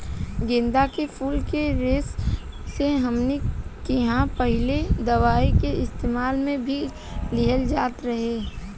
गेन्दा के फुल के रस से हमनी किहां पहिले दवाई के इस्तेमाल मे भी लिहल जात रहे